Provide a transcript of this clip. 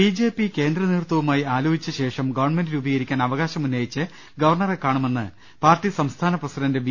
B J P കേന്ദ്ര നേതൃത്വവുമായി ആലോചിച്ചശേഷം ഗവൺമെന്റ് രൂപീകരിക്കാൻ അവകാശമുന്നയിച്ച് ഗവർണറെ കാണുമെന്ന് പാർട്ടി സംസ്ഥാന പ്രസിഡന്റ് ബി